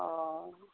অ